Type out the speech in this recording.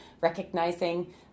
recognizing